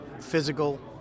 physical